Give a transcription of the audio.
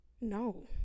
no